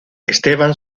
esteban